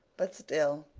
but still,